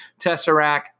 Tesseract